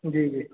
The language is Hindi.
जी जी